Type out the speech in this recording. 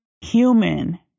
human